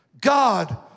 God